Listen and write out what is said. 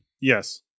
Yes